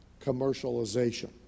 commercialization